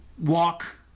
walk